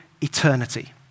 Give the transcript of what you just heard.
eternity